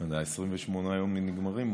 אתה יודע, 28 יום נגמרים מתישהו.